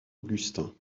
augustin